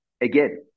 again